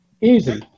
easy